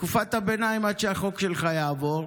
בתקופת הביניים, עד שהחוק שלך יעבור,